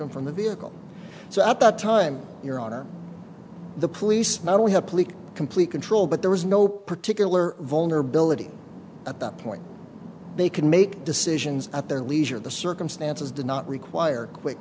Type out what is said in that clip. him from the vehicle so at that time your honor the police not only have police complete control but there was no particular vulnerability at that point they can make decisions at their leisure the circumstances do not require quick